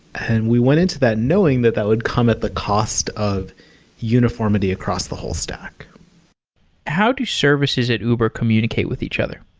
and we went into that knowing that that would come at the cost of uniformity across the whole stack how do services at uber communicate with each other?